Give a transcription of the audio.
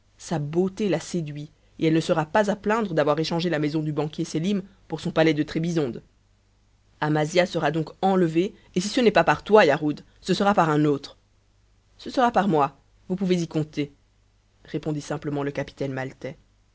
sa beauté l'a séduit et elle ne sera pas à plaindre d'avoir échangé la maison du banquier sélim pour son palais de trébizonde amasia sera donc enlevée et si ce n'est pas par toi yarhud ce sera par un autre ce sera par moi vous pouvez y compter répondit simplement le capitaine maltais